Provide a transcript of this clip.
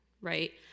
right